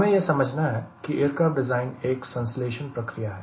हमें यह समझना है कि एयरक्राफ्ट डिज़ाइन एक संश्लेषण प्रक्रिया है